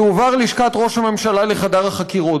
תועבר לשכת ראש הממשלה לחדר החקירות,